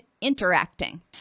interacting